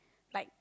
like